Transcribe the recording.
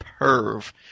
perv